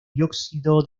dióxido